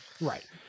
right